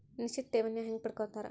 ನಿಶ್ಚಿತ್ ಠೇವಣಿನ ಹೆಂಗ ಪಡ್ಕೋತಾರ